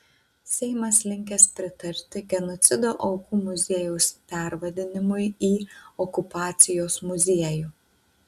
seimas linkęs pritarti genocido aukų muziejaus pervadinimui į okupacijos muziejų